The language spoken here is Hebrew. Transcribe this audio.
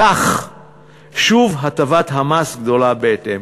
כך שוב הטבת המס גדלה בהתאם,